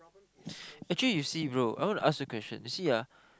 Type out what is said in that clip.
actually you see bro I want to ask a question you see ah